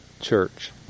church